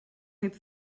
heb